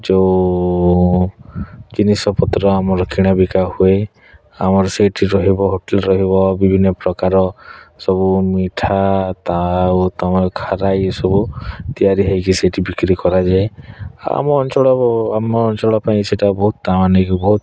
ଯୋଉ ଜିନିଷପତ୍ର ଆମର କିଣାବିକା ହୁଏ ଆମର ସେଇଠି ରହିବ ହୋଟେଲ ରହିବ ବିଭିନ୍ନ ପ୍ରକାର ସବୁ ମିଠା ତା ଆଉ ତମର ଖାରା ଏଇ ସବୁ ତିଆରି ହେଇକି ସେଠି ବିକ୍ରି କରାଯାଏ ଆମ ଅଞ୍ଚଳ ଆମ ଅଞ୍ଚଳ ପାଇଁ ସେଇଟା ବହୁତ କାମ ନେଇକି ବହୁତ